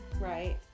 right